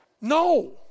No